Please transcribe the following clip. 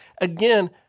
again